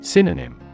Synonym